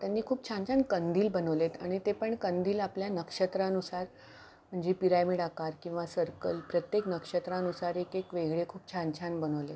त्यांनी खूप छान छान कंदील बनवले आहेत आणि ते पण कंदील आपल्या नक्षत्रानुसार म्हणजे पिरॅमिड आकार किंवा सर्कल प्रत्येक नक्षत्रानुसार एक एक वेगळे खूप छान छान बनवले आहेत